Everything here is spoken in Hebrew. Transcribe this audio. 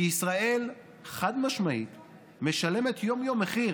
כי ישראל חד-משמעית משלמת יום-יום מחיר